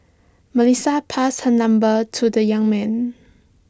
Melissa passed her number to the young man